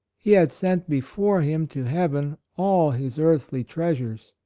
he had sent before him to heaven all his earthly treasures.